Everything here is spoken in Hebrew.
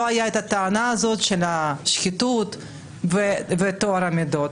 הייתה הטענה הזאת של השחיתות וטוהר המידות,